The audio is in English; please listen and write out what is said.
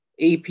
ap